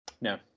No